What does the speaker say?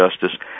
justice